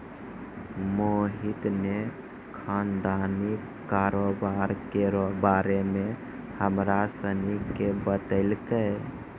मोहित ने खानदानी कारोबार केरो बारे मे हमरा सनी के बतैलकै